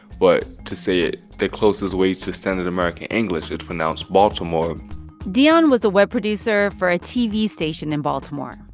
but to say it the closest way to standard american english, it's pronounced baltimore deion was a web producer for a tv station in baltimore.